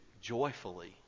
joyfully